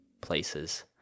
places